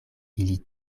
ili